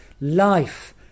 life